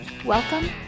Welcome